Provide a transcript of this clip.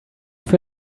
für